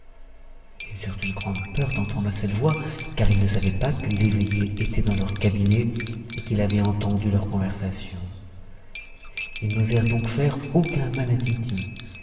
une grande peur d'entendre cette voix car ils ne savaient pas que l'eveillé était dans leur cabinet et qu'il avait entendu leur conversation ils n'osèrent donc pas faire aucun mal à tity